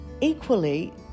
equally